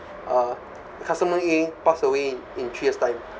uh customer A pass away in three years time